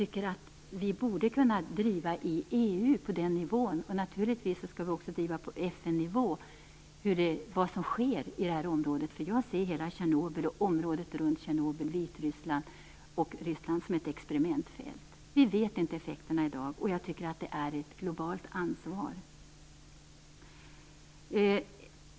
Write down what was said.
Det här borde vi kunna driva på EU-nivå, och naturligtvis skall vi också driva det på FN-nivå och ta upp vad som sker i detta område. Jag ser hela Tjernobyl och området runt Tjernobyl - Vitryssland och Ryssland - som ett experimentfält. Vi vet inte vilka effekterna blir i dag, och jag tycker att detta är ett globalt ansvar.